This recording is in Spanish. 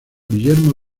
guillermo